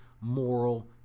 moral